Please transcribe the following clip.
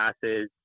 passes